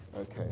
Okay